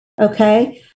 Okay